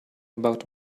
about